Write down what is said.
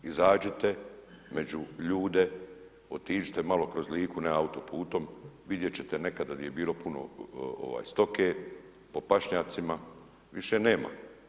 Izađite među ljude, otiđite malo kroz Liku, ne autoputem, vidjet ćete nekada gdje je bilo puno stoke po pašnjacima, više nema.